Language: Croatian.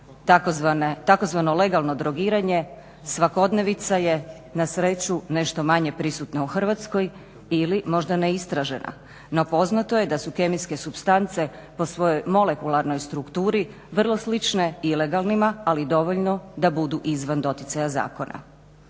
Tzv. legalno drogiranje svakodnevica je na sreću nešto manje prisutna u Hrvatskoj ili možda neistražena, no poznato je da su kemijske supstance po svojoj molekularnoj strukturi vrlo slične ilegalnima, ali dovoljno da budu izvan doticaja zakona.